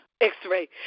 x-ray